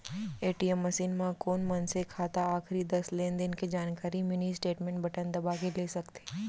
ATM machine म कोन मनसे खाता आखरी दस लेनदेन के जानकारी मिनी स्टेटमेंट बटन दबा के ले सकथे